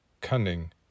cunning